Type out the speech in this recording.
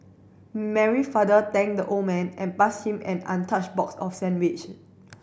Mary father thanked the old man and passed him an untouched box of sandwich